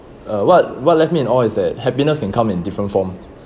uh what what left me in awe is that happiness can come in different forms